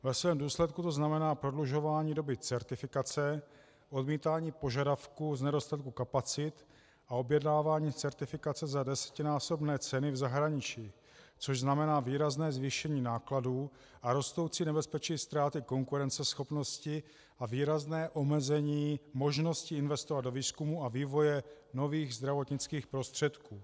Ve svém důsledku to znamená prodlužování doby certifikace, odmítání požadavků z nedostatku kapacit a objednávání certifikace za desetinásobné ceny v zahraničí, což znamená výrazné zvýšení nákladů a rostoucí nebezpečí ztráty konkurenceschopnosti a výrazné omezení možnosti investovat do výzkumu a vývoje nových zdravotnických přístrojů.